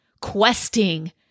questing